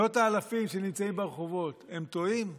מאות האלפים שנמצאים ברחובות, הם טועים כולם?